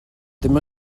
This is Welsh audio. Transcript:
ddim